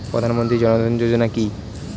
প্রধানমন্ত্রী জনধন যোজনা কি?